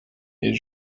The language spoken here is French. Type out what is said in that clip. les